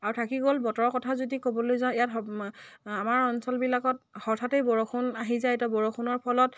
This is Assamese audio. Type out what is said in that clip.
আৰু থাকি গ'ল বতৰৰ কথা যদি ক'বলৈ যাওঁ ইয়াত আমাৰ অঞ্চলবিলাকত হঠাতে বৰষুণ আহি যায় এতিয়া বৰষুণৰ ফলত